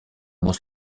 muss